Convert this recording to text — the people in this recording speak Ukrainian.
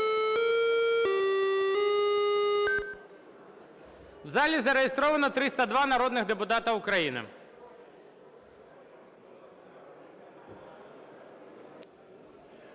В залі зареєстровано 302 народних депутата України.